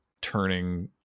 turning